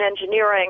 engineering